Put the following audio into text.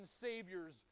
saviors